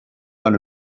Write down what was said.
learn